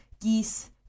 geese